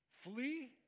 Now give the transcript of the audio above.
Flee